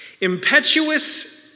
impetuous